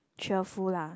cheerful lah